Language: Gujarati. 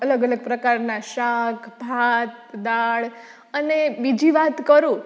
અલગ અલગ પ્રકારના શાક ભાત દાળ અને બીજી વાત કરું